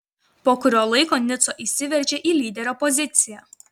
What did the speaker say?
po kurio laiko nico įsiveržė į lyderio poziciją